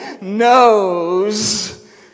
knows